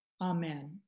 Amen